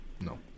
No